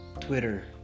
Twitter